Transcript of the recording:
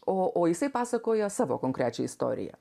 o o jisai pasakoja savo konkrečią istoriją